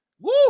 Woo